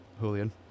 Julian